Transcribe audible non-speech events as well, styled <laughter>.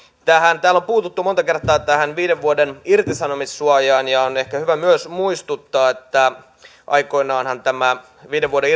täällä on puututtu monta kertaa viiden vuoden irtisanomissuojaan ja on ehkä myös hyvä muistuttaa että aikoinaanhan tämä viiden vuoden <unintelligible>